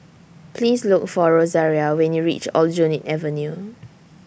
Please Look For Rosaria when YOU REACH Aljunied Avenue